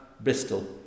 Bristol